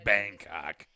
Bangkok